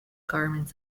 garments